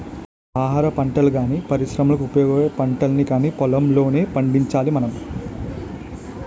ఆహారపంటల్ని గానీ, పరిశ్రమలకు ఉపయోగపడే పంటల్ని కానీ పొలంలోనే పండించాలి మనం